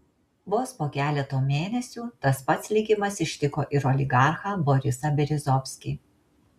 vos po keleto mėnesių tas pats likimas ištiko ir oligarchą borisą berezovskį